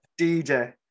DJ